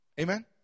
Amen